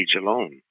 alone